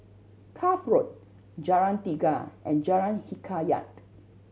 Cuff Road Jalan Tiga and Jalan Hikayat